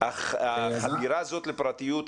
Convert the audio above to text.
החדירה הזאת לפרטיות,